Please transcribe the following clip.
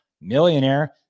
millionaire